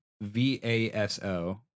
V-A-S-O